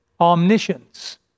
Omniscience